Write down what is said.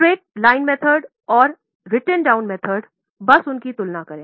सीधी रेखा बस उनकी तुलना करें